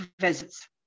visits